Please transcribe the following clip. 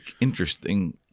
interesting